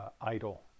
idle